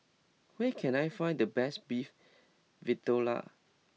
where can I find the best Beef Vindaloo